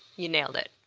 you nailed it.